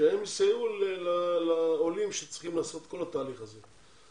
שיסייעו לעולים שצריכים לעשות את כל התהליך הזה?